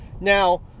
Now